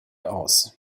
aus